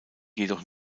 jedoch